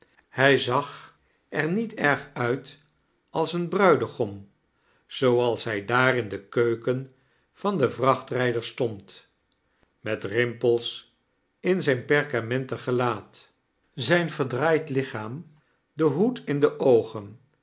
hij zag er niet erg uit als een bruidegom zooals hij daar in de keuken van den vrachtrijder stond met rdmpels in zjjn perkamenten gelaat zqoi verdraaid lichaam den hoed in de oogen